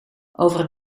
over